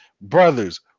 brothers